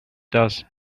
does